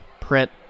print